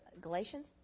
Galatians